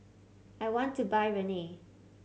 I want to buy Rene